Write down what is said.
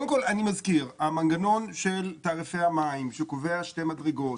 אני מזכיר שהמנגנון של תעריפי המים שקובע שתי מדרגות,